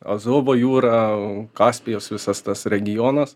azovo jūrą kaspijos visas tas regionas